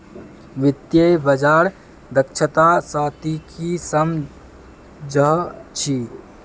वित्तीय बाजार दक्षता स ती की सम झ छि